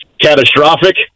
catastrophic